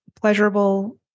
pleasurable